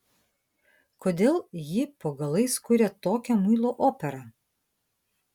kodėl ji po galais kuria tokią muilo operą